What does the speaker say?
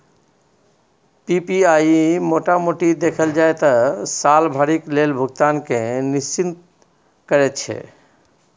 PPI मोटा मोटी देखल जाइ त साल भरिक लेल भुगतान केँ निश्चिंत करैत छै